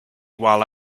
while